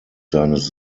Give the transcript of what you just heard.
seines